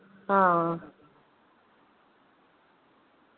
हां